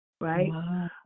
Right